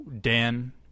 Dan